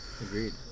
agreed